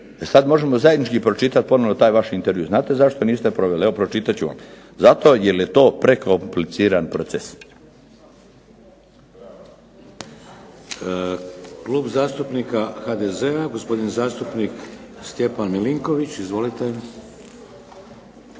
sad možemo zajednički pročitati taj vaš intervju. Znate zašto je niste proveli? Evo pročitat ću vam: "Zato jer je to prekompliciran proces". **Šeks, Vladimir (HDZ)** Klub zastupnika HDZ-a, gospodin zastupnik Stjepan Milinković. Izvolite.